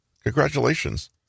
Congratulations